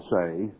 say